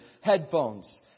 headphones